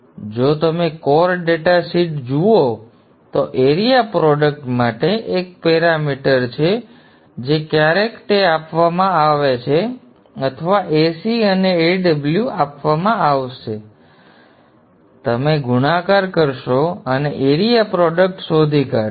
તેથી જો તમે કોર ડેટા શીટ જુઓ તો એરિયા પ્રોડક્ટ માટે એક પેરામીટર છે જે ક્યારેક તે આપવામાં આવે છે અથવા Ac અને Aw આપવામાં આવશે તો તમે ગુણાકાર કરશો અને એરિયા પ્રોડક્ટ શોધી કાઢશો